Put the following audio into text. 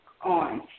on